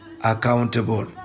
accountable